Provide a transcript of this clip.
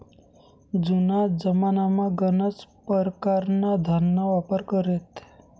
जुना जमानामा गनच परकारना धनना वापर करेत